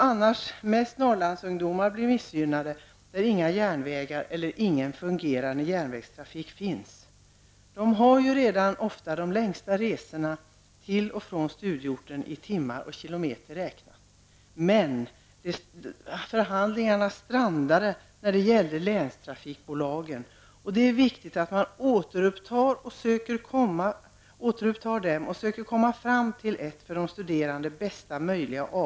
Annars blir främst Norrlandsungdomar missgynnade där inga järnvägar eller ingen fungerande järnvägstrafik finns. De har dessutom redan oftast de längsta resorna till och från studieorten räknat i timmar och kilometer. Förhandlingarna med länstrafikbolagen har dock strandat. Det är viktigt att återuppta dem och försöka åstadkomma bästa möjliga avtal för de studerande.